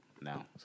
now